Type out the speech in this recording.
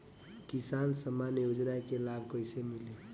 किसान सम्मान योजना के लाभ कैसे मिली?